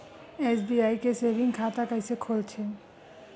SBI के saving खाता कइसे खोलथे?